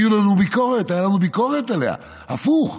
הייתה לנו ביקורת עליה, הפוך.